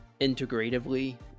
integratively